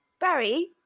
Barry